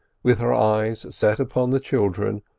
with her eyes set upon the children,